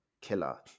killer